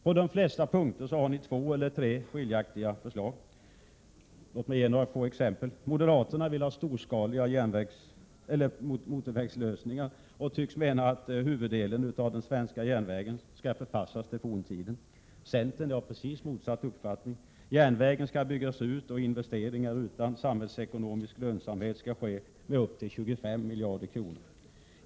På de flesta punkter har de två eller tre skiljaktiga förslag: Moderaterna vill ha storskaliga motorvägslösningar och tycks mena att huvuddelen av de svenska järnvägarna skall förpassas till forntiden. Centern har precis motsatt uppfattning: Järnvägen skall byggas ut och investeringar utan samhällsekonomisk lönsamhet ske med upp till 25 miljarder kronor.